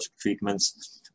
treatments